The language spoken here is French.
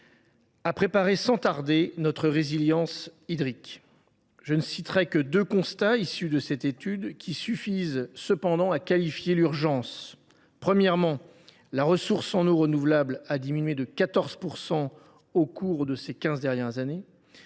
à préparer sans tarder notre résilience hydrique. Deux constats issus de cette étude suffisent à qualifier l’urgence : premièrement, la ressource en eau renouvelable a diminué de 14 % au cours des quinze dernières années